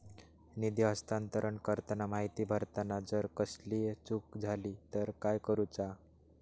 निधी हस्तांतरण करताना माहिती भरताना जर कसलीय चूक जाली तर काय करूचा?